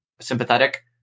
sympathetic